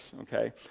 okay